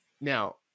Now